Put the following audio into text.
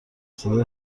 صدای